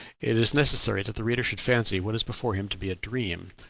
it is necessary that the reader should fancy what is before him to be a dream,